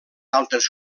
altres